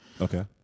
Okay